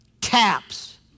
taps